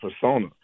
persona